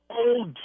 old